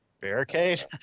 barricade